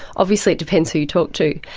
obviously it depends who you talk to.